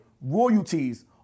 royalties